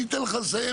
אני אתן לך לסיים.